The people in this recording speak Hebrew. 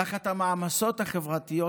תחת המעמסות החברתיות,